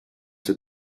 have